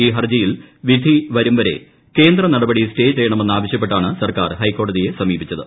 ഈ ഹർജിയിൽ വിധി വരും വരെ കേന്ദ്ര നടപടി സ്റ്റേ ചെയ്യണമെന്ന് ആവശ്യപ്പെട്ടാണ് സർക്കാർ ഹൈക്കോടതിയെ സമീപിച്ചത്